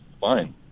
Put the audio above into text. fine